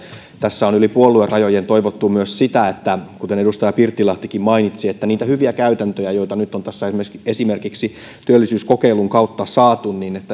tässä on yli puoluerajojen toivottu myös sitä kuten edustaja pirttilahtikin mainitsi että niitä hyviä käytäntöjä joita nyt on tässä esimerkiksi esimerkiksi työllisyyskokeilun kautta saatu